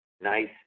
nice